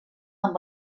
amb